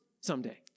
someday